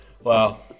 Wow